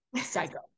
psycho